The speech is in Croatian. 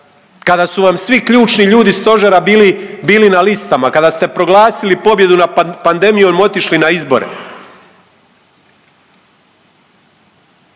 kada su vam svi ključni ljudi stožera bili, bili na listama kada ste proglasili pobjedu nad pandemijom i otišli na izbore.